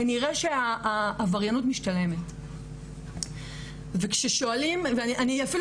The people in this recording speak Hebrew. כנראה שהעבריינות משתלמת וכששואלים ואני אפילו